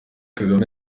kagame